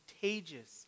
contagious